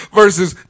versus